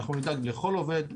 אנחנו נדאג לכל עובד,